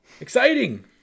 exciting